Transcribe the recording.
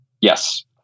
Yes